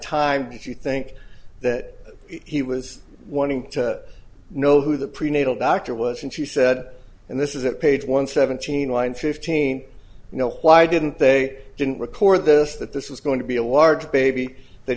time if you think that he was wanting to know who the prenatal doctor was and she said and this is it page one seventeen line fifteen you know why didn't they didn't record this that this was going to be a large baby that